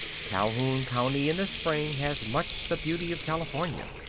calhoun county in the spring has much the beauty of california.